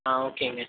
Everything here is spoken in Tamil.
ஆ ஓகேங்க